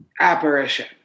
apparition